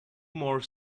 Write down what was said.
more